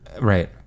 right